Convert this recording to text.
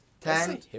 ten